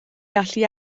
gallu